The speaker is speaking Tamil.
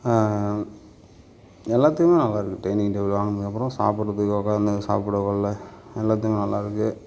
எல்லாத்துக்குமே நல்லாயிருக்கு டைனிங் டேபிள் வாங்கினதுக்கப்பறம் சாப்பிட்றதுக்கு உக்கார்ந்து சாப்பிடக்கொள்ள எல்லாத்துக்கும் நல்லாயிருக்கு